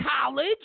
college